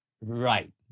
Right